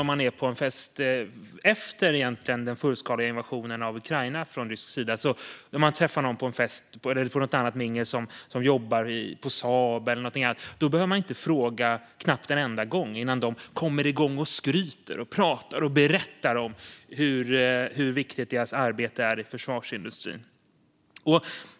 Om man är på en fest eller ett mingel nu för tiden, efter Rysslands fullskaliga invasion av Ukraina, och träffar någon som jobbar på Saab eller någonting annat behöver man inte ställa en enda fråga förrän de kommer igång och skryter och pratar och berättar om hur viktigt deras arbete i försvarsindustrin är.